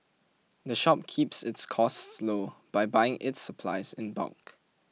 the shop keeps its costs low by buying its supplies in bulk